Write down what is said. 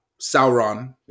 Sauron